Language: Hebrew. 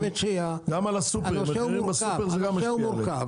הנושא הוא מורכב.